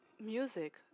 music